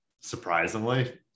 surprisingly